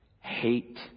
hate